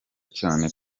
cyane